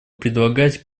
предлагать